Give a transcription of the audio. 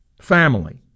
Family